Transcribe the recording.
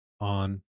on